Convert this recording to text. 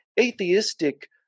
atheistic